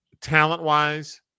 Talent-wise